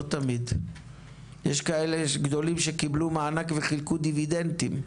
יש גדולים שקיבלו מענק וחילקו דיבידנדים.